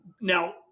Now